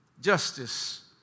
Justice